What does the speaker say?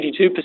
82%